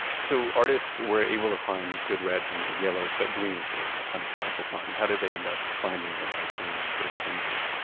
so artists were able to find good reds and good yellows, but greens were kind of hard to find. how did they end up finding the right green for painting?